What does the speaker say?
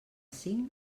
cinc